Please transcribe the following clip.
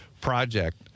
project